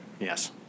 Yes